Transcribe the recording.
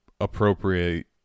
appropriate